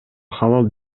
халал